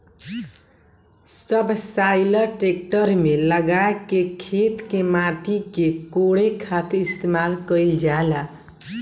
subsoiler tractor में लगा के खेत के माटी के कोड़े खातिर इस्तेमाल कईल जाला